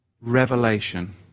revelation